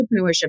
entrepreneurship